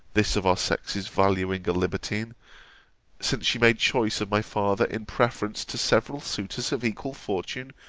this of our sex's valuing a libertine since she made choice of my father in preference to several suitors of equal fortune,